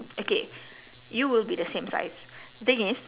okay you will be the same size the thing is